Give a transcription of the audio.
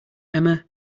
emma